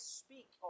speak